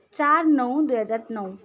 चार नौ दुई हजार नौ